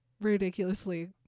ridiculously